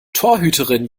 torhüterin